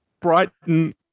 Brighton